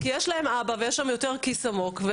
כי יש להם אבא ויש להם כיס עמוק יותר,